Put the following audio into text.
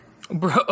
Bro